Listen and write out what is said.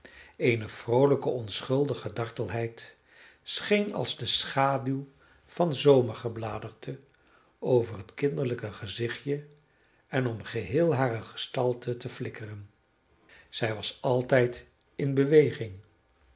eene vroolijke onschuldige dartelheid scheen als de schaduw van zomergebladerte over het kinderlijke gezichtje en om geheel hare gestalte te flikkeren zij was altijd in beweging